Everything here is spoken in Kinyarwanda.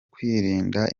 kwirinda